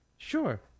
Sure